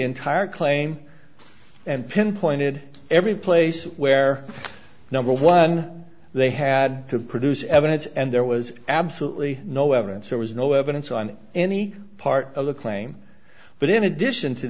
entire claim and pinpointed every place where number one they had to produce evidence and there was absolutely no evidence there was no evidence on any part of the claim but in addition to